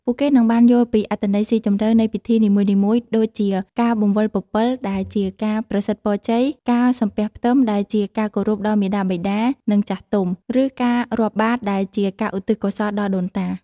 ពួកគេនឹងបាន យល់ពីអត្ថន័យស៊ីជម្រៅនៃពិធីនីមួយៗ ដូចជាការ បង្វិលពពិល ដែលជាការប្រសិទ្ធពរជ័យ ការ សំពះផ្ទឹម ដែលជាការគោរពដល់មាតាបិតា និងចាស់ទុំ ឬការ រាប់បាត្រ ដែលជាការឧទ្ទិសកុសលដល់ដូនតា។